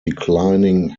declining